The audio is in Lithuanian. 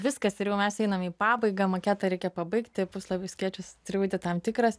viskas ir jau mes einam į pabaigą maketą reikia pabaigti puslapių skaičius turi būti tam tikras